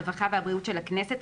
הרווחה והבריאות של הכנסת,